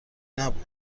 نبود